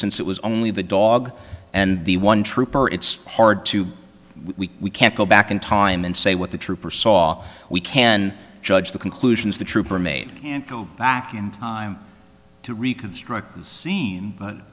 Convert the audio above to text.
since it was only the dog and the one trooper it's hard to we can't go back in time and say what the trooper saw we can judge the conclusions the trooper made and go back in time to reconstruct the scene